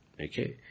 Okay